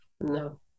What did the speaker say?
no